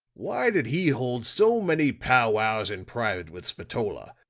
why did he hold so many pow-wows in private with spatola?